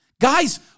Guys